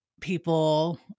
people